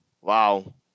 Wow